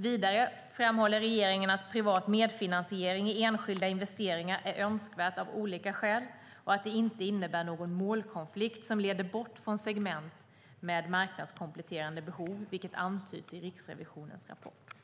Vidare framhåller regeringen att privat medfinansiering i enskilda investeringar är önskvärt av olika skäl och att det inte innebär någon målkonflikt som leder bort från segment med marknadskompletterande behov, vilket antyds i Riksrevisionens rapport.